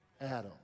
Adam